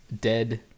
Dead